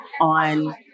on